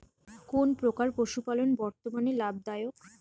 কোন প্রকার পশুপালন বর্তমান লাভ দায়ক?